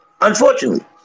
unfortunately